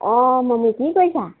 অঁ মমী কি কৰিছা